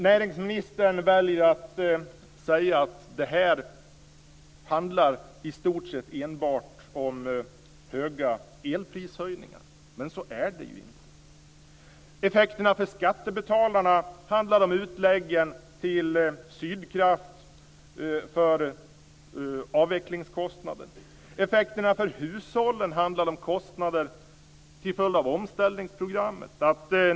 Näringsministern väljer att säga att detta i stort sett enbart handlar om stora elprishöjningar. Men så är det ju inte. Effekterna för skattebetalarna handlar om utläggen till Sydkraft för avvecklingskostnaden. Effekterna för hushållen handlar om kostnader till följd av omställningsprogrammet.